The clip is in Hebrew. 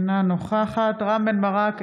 אינה נוכחת רם בן ברק,